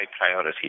priority